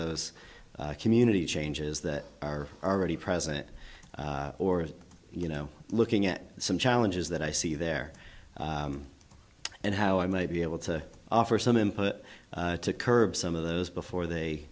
those community changes that are already present or you know looking at some challenges that i see there and how i may be able to offer some input to curb some of those before they